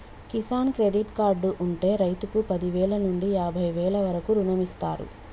Kisan credit card ఉంటె రైతుకు పదివేల నుండి యాభై వేల వరకు రుణమిస్తారు